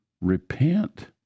repent